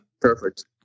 Perfect